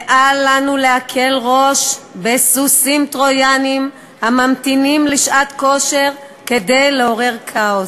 ואל לנו להקל ראש בסוסים טרויאנים הממתינים לשעת כושר כדי לעורר כאוס.